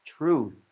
truth